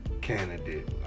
candidate